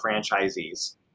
franchisees